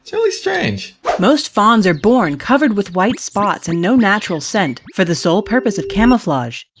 really strange most fawns are born covered with white spots and no natural scent for the sole purpose of camouflage.